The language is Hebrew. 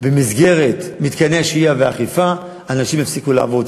במסגרת מתקני השהייה והאכיפה, אנשים יפסיקו לעבור.